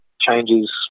changes